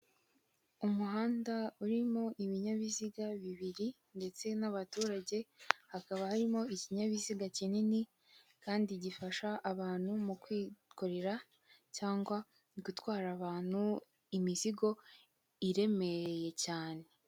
Umuhanda urimo ibinyabiziga bibiri ndetse n'abaturage, hakaba harimo ikinyabiziga kinini kandi gifasha abantu mu kwikorera cyangwa gutwara abantu imizigo iremereye cyane.